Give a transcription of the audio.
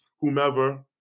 whomever